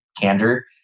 candor